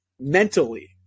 Mentally